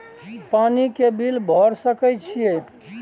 पानी के बिल भर सके छियै?